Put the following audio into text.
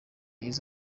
yize